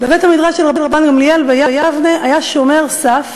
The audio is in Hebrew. בבית-המדרש של רבן גמליאל ביבנה היה שומר סף,